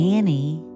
Annie